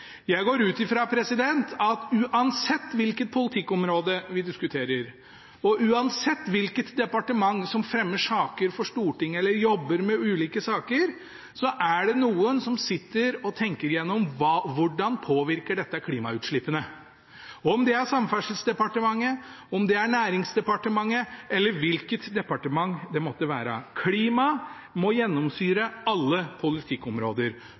Jeg går ut fra at uansett hvilket politikkområde vi diskuterer, og uansett hvilket departement som fremmer saker for Stortinget eller jobber med ulike saker, er det noen som sitter og tenker igjennom hvordan dette påvirker klimautslippene – om det er Samferdselsdepartementet, om det er Næringsdepartementet, eller hvilket departement det måtte være. Klima må gjennomsyre alle politikkområder,